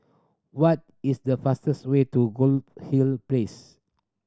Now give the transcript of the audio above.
what is the fastest way to Goldhill Place